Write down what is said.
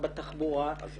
בתחבורה ובכל דבר?